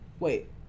Wait